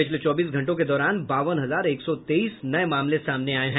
पिछले चौबीस घंटों के दौरान बावन हजार एक सौ तेईस नये मामले सामने आये हैं